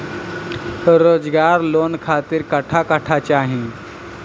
रोजगार लोन खातिर कट्ठा कट्ठा चाहीं?